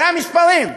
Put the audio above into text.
אלה המספרים.